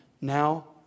now